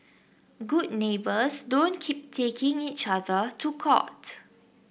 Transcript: good neighbours don't keep taking each other to court